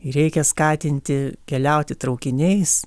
reikia skatinti keliauti traukiniais